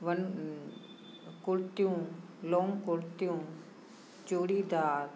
one कुर्तियूं long कुर्तियूं चूड़ीदार